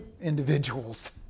individuals